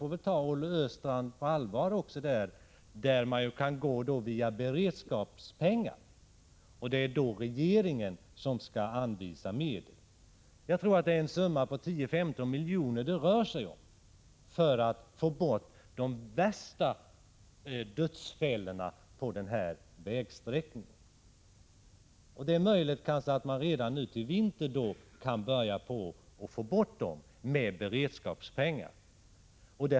Jag får ta Olle Östrand på allvar när han säger att man kan gå andra vägar och använda beredskapspengar. Det är i så fall regeringen som skall anvisa medel. Jag tror att det rör sig om en summa på 10—15 milj.kr., för att man skall få bort de värsta dödsfällorna på den aktuella vägsträckan. Det är således möjligt att man redan till vintern kan påbörja detta arbete med beredskapspengar.